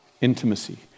Intimacy